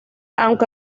aunque